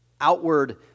outward